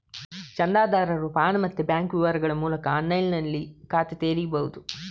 ಚಂದಾದಾರರು ಪಾನ್ ಮತ್ತೆ ಬ್ಯಾಂಕ್ ವಿವರಗಳ ಮೂಲಕ ಆನ್ಲೈನಿನಲ್ಲಿ ಖಾತೆ ತೆರೀಬಹುದು